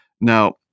Now